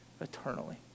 eternally